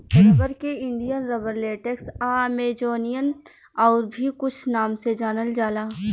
rubber के Indian rubber, latex आ Amazonian आउर भी कुछ नाम से जानल जाला